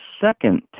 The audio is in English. second